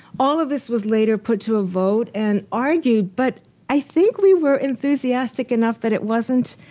all of this was later put to a vote and argued. but i think we were enthusiastic enough that it wasn't